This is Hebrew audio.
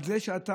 על זה שאתה,